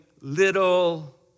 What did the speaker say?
little